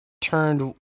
turned